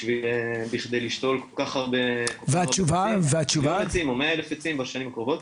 בכדי לשתול 100 אלף עצים בשנים הקרובות.